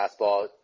fastball